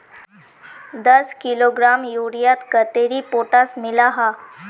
दस किलोग्राम यूरियात कतेरी पोटास मिला हाँ?